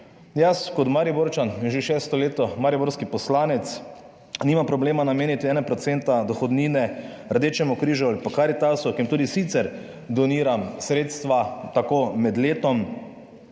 Jaz kot Mariborčan, že šesto leto mariborski poslanec nimam problema nameniti 1 % dohodnine Rdečemu križu ali pa Karitasu, ki jim tudi sicer doniram sredstva tako med letom.